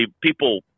people